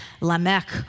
Lamech